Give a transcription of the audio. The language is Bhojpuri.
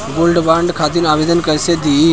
गोल्डबॉन्ड खातिर आवेदन कैसे दिही?